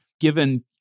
Given